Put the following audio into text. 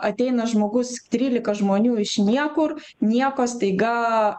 ateina žmogus trylika žmonių iš niekur nieko staiga